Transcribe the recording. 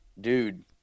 dude